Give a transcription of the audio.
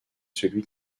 celui